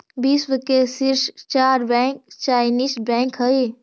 विश्व के शीर्ष चार बैंक चाइनीस बैंक हइ